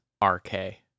R-K